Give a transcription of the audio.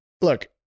look